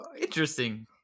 interesting